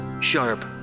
sharp